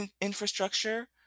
infrastructure